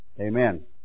Amen